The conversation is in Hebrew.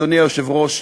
אדוני היושב-ראש,